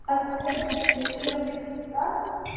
ar manai kad mes jau yram kaip tauta